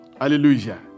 Hallelujah